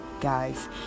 guys